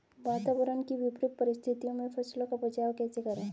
वातावरण की विपरीत परिस्थितियों में फसलों का बचाव कैसे करें?